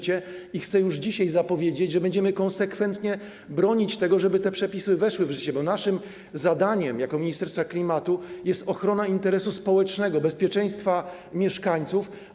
Chcę już dzisiaj zapowiedzieć, że będziemy konsekwentnie bronić tego, żeby te przepisy weszły w życie, bo naszym zadaniem jako Ministerstwa Klimatu jest ochrona interesu społecznego, zapewnienie bezpieczeństwa mieszkańcom.